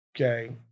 okay